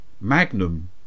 Magnum